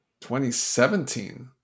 2017